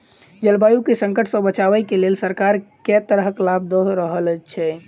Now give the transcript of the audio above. जलवायु केँ संकट सऽ बचाबै केँ लेल सरकार केँ तरहक लाभ दऽ रहल छै?